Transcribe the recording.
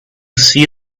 see